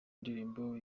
indirimbo